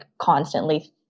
constantly